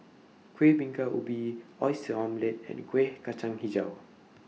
Kueh Bingka Ubi Oyster Omelette and Kuih Kacang Hijau